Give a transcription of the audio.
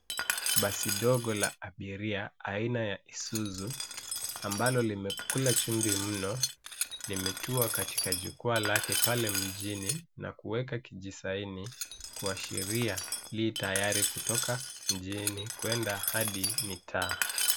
Basi dogo la abiria, aina ya Isuzu, ambalo limekula chumvi mno limetua katika jukwaa lake pale mjini na kuweka kijisaini kuashiria li tayari kutoka mjini kuenda hadi mitaa.